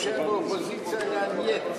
מי שהיה באופוזיציה היה "נייט".